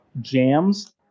jams